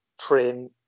train